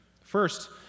First